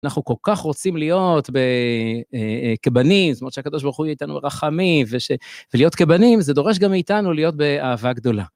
אנחנו כל כך רוצים להיות כבנים, זאת אומרת שהקדוש ברוך הוא יהיה איתנו ברחמים, ולהיות כבנים זה דורש גם מאיתנו להיות באהבה גדולה.